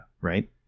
right